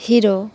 hero